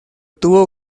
tuvo